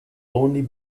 only